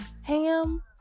ham